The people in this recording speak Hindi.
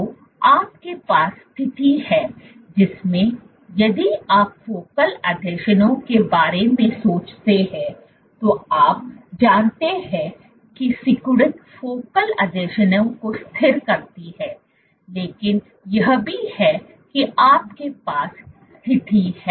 तो आपके पास स्थिति है जिसमें यदि आप फोकल आसंजनों के बारे में सोचते हैं तो आप जानते हैं कि सिकुड़न फोकल आसंजनों को स्थिर करती है लेकिन यह भी है कि आपके पास स्थिति है